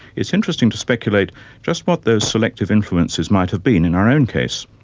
is interesting to speculate just what those selective influences might have been in our own case.